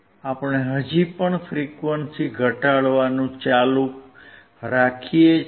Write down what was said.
આપણે હજી પણ ફ્રીક્વંસી ઘટાડવાનું ચાલુ રાખીએ છીએ